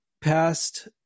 past